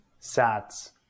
sats